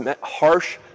harsh